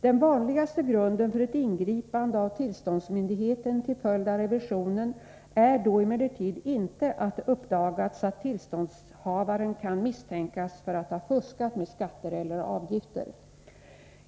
Den vanligaste grunden för ett ingripande av tillståndsmyndigheten till följd av revisionen är då emellertid inte att det uppdagats att tillståndshavaren kan misstänkas för att ha fuskat med skatter och avgifter.